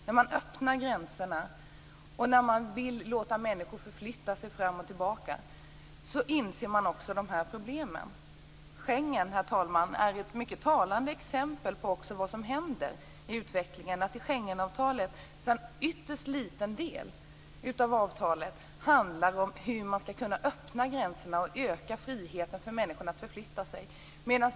När man öppnar gränserna och låter människor förflytta sig fram och tillbaka inser man också dessa problem. Schengen, herr talman, är ett mycket talande exempel på vad som händer. En ytterst liten del av Schengenavtalet handlar om hur man skall kunna öppna gränserna och öka människors frihet att förflytta sig.